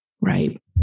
right